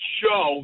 show